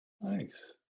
Nice